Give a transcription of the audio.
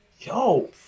yo